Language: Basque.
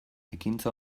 ekintza